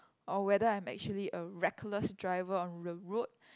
or whether I'm actually a reckless driver on the road